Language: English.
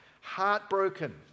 Heartbroken